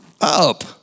Up